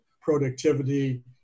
productivity